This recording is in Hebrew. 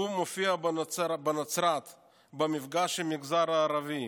הוא מופיע בנצרת במפגש עם המגזר הערבי,